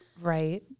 Right